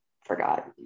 forgot